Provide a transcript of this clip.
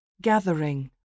gathering